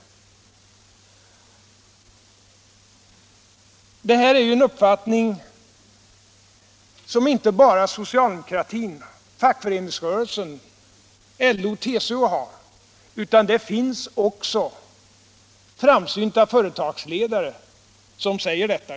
Denna uppfattning har inte bara vi inom socialdemokratin och inom fackföreningsrörelsen, utan den hävdas också av framsynta företagsledare.